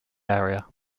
area